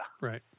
Right